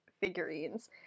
figurines